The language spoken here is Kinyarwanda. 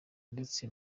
ndetse